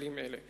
מפעילים אלה.